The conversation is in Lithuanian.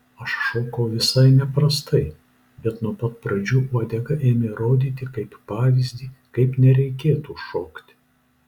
aš šokau visai neprastai bet nuo pat pradžių uodega ėmė rodyti kaip pavyzdį kaip nereikėtų šokti